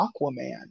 aquaman